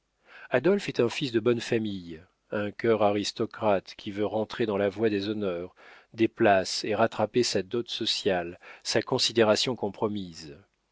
adolphe est un fils de bonne maison un cœur aristocrate qui veut rentrer dans la voie des honneurs des places et rattraper sa dot sociale sa considération compromise